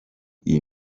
iyi